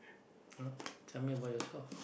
!huh! tell me about yourself